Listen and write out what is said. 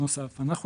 אם אנחנו